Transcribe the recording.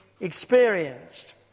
experienced